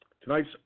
tonight's